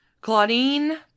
Claudine